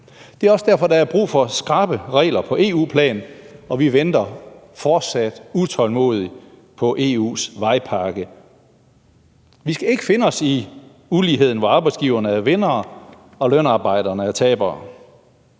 derfor, der er brug for skrappe regler på EU-plan, og vi venter fortsat utålmodigt på EU's vejpakke. Vi skal ikke finde os i uligheden, hvor arbejdsgiverne er vindere og lønarbejderne er tabere.